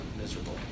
miserable